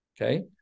Okay